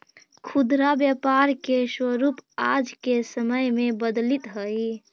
खुदरा व्यापार के स्वरूप आज के समय में बदलित हइ